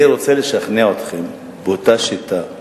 אני רוצה לשכנע אתכם באותה שיטה,